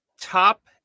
top